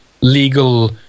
legal